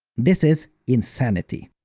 this is insanity.